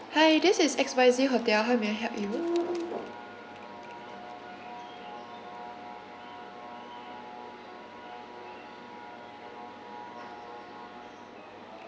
hi this is X Y Z hotel how may I help you